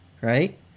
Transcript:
right